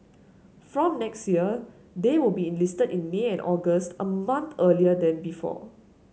from next year they will be enlisted in May and August a month earlier than before